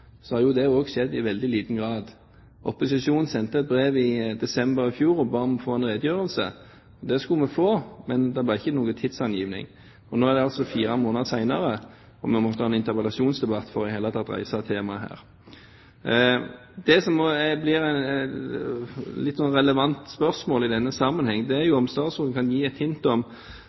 har det skjedd i veldig liten grad. Opposisjonen sendte et brev i desember i fjor og ba om å få en redegjørelse. Det skulle vi få, men det var ingen tidsangivelse. Nå er det altså gått fire måneder, og vi måtte ha en interpellasjonsdebatt for i det hele tatt å få reist temaet her. Det som blir et relevant spørsmål i denne sammenhengen, er om statsråden kan gi et hint